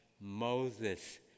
Moses